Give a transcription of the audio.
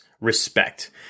respect